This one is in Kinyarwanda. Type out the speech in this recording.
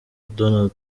donald